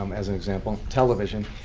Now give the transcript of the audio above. um as an example, television,